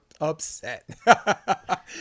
upset